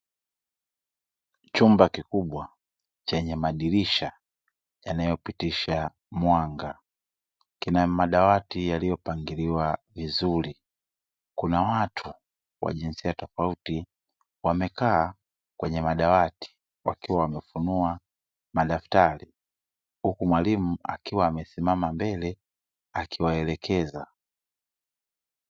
Chumba kikubwa chenye madirisha yanayopitisha Kina madawati yaliyopangiliwa vizuri Kuna watu wa jinsia tofauti, wamekaa kwenye madawati wakiwa wamefunua madaftari huku mwalimu akiwa amesimama mbele akiwaelekeza.